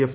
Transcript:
F